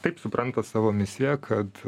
taip supranta savo misiją kad